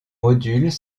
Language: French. modules